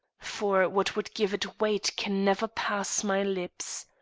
for what would give it weight can never pass my lips.